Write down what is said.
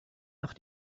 nach